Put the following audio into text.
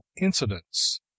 incidents